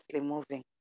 moving